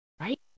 right